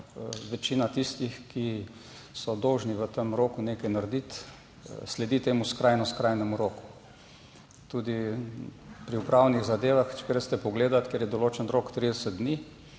večina tistih, ki so dolžni v tem roku nekaj narediti, sledi temu skrajno skrajnem roku. Tudi pri upravnih zadevah, če greste pogledat, kjer je določen rok 30 dni,